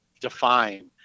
define